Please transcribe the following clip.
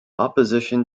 opposition